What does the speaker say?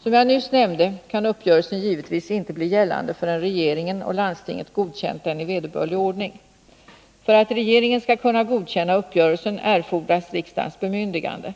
Som jag nyss nämnde kan uppgörelsen givetvis inte bli gällande förrän regeringen och landstinget godkänt den i vederbörlig ordning. För att regeringen skall kunna godkänna uppgörelsen erfordras riksdagens bemyndigande.